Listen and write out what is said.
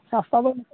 ᱥᱚᱥᱛᱟᱫᱚ ᱱᱤᱛᱚᱜ ᱫᱚ